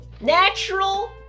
Natural